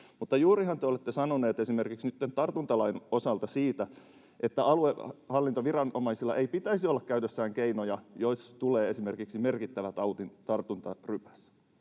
Mutta juurihan te olette sanonut esimerkiksi tämän tartuntatautilain osalta, että aluehallintoviranomaisilla ei pitäisi olla käytössään keinoja, jos tulee esimerkiksi merkittävä tartuntarypäs.